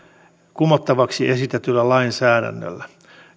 kumottavaksi esitetyllä lainsäädännöllä